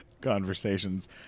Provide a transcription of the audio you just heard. conversations